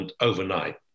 overnight